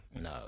No